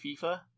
FIFA